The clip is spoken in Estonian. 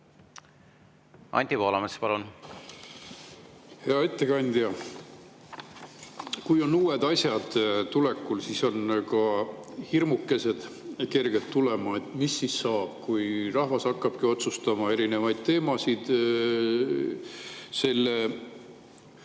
Anti Poolamets, palun! Hea ettekandja! Kui on uued asjad tulekul, siis on ka hirmukesed kerged tulema. Mis siis saab, kui rahvas hakkabki otsustama erinevaid teemasid selle